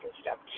Step